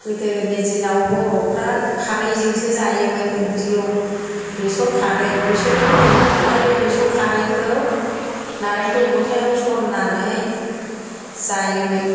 गोदोनि दिनाव बर'फ्रा खारैजोंसो जायोमोन ओंख्रिखौ बेसर खारै बेसर फोयोमोन नालाय बे बेसर खारैखौ नारेंखल खथायाव सरनानै जायोमोन